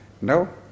No